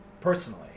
personally